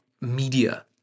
media